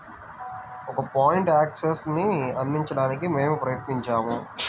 ఒకే point యాక్సెస్ను అందించడానికి మేము ప్రయత్నించాము